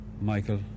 Michael